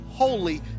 holy